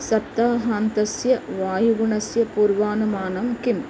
सप्ताहान्तस्य वायुगुणस्य पूर्वानुमानं किम्